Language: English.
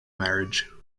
marriage